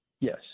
Yes